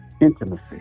intimacy